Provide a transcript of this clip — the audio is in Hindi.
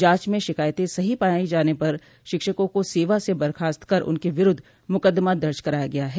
जांच में शिकायतें सही पाये जाने पर शिक्षकों को सेवा से बर्खास्त कर उनके विरूद्ध मुकदमा दर्ज कराया गया है